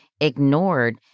ignored